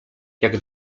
jak